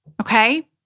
Okay